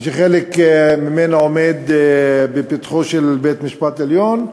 שחלק ממנה עומד בפתחו של בית-משפט עליון,